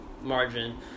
margin